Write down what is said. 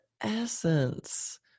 essence